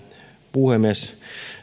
puhemies